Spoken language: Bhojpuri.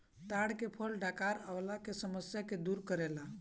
ताड़ के फल डकार अवला के समस्या के दूर करेला